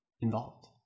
involved